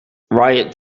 riot